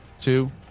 two